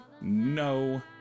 no